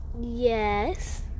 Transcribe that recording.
Yes